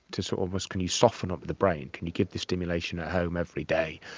to so almost can you soften up the brain, can you give the stimulation at home every day,